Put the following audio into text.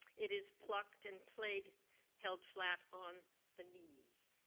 it is plucked and played held flat on the knees.